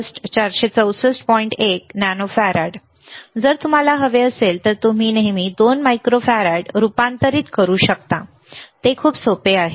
1 nano farad जर तुम्हाला हवे असेल तर तुम्ही नेहमी 2 मायक्रोफॅरड रूपांतरित करू शकता ते खूप सोपे आहे